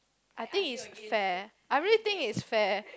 I think it's fair I really think it's fair